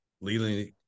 Leland